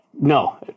No